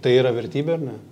tai yra vertybė ar ne